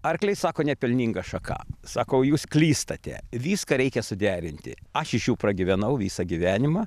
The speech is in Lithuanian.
arkliai sako nepelninga šaka sakau jūs klystate viską reikia suderinti aš iš jų pragyvenau visą gyvenimą